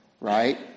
right